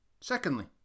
Secondly